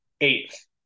eighth